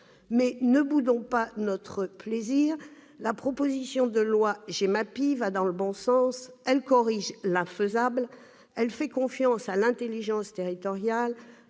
étant, ne boudons pas notre plaisir : la proposition de loi GEMAPI va dans le bon sens. Elle corrige l'infaisable. Elle fait confiance à l'intelligence territoriale